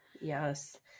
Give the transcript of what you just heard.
Yes